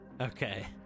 Okay